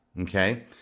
Okay